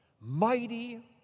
Mighty